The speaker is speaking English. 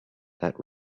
that